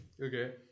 okay